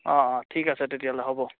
অঁ অঁ ঠিক আছে তেতিয়াহ'লে হ'ব